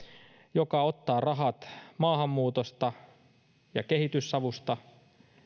joka ottaa rahat maahanmuutosta ja kehitysavusta